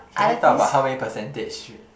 can we talk about how many percentage